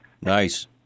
Nice